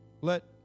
let